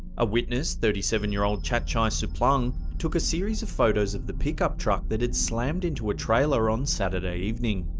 a witness, thirty seven year old chatchai suplang took a series of photos of the pickup truck that had slammed into a trailer on saturday evening.